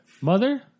Mother